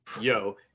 yo